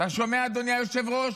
אתה שומע, אדוני היושב-ראש?